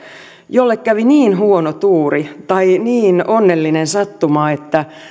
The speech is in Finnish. jolle kävi niin huono tuuri tai niin onnellinen sattuma että